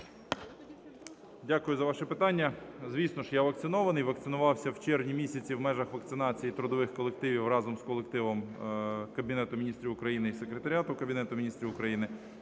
Дякую за ваше питання. Звісно, я вакцинований, і вакцинувався у червні місяці в межах вакцинації трудових колективі разом з колективом Кабінету Міністрів України і Секретаріату Кабінету Міністрів України.